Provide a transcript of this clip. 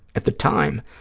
at the time,